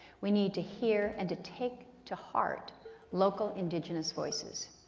we need to hear and to take to heart local indigenous voices.